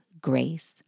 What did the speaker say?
grace